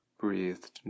Breathed